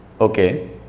Okay